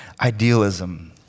idealism